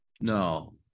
No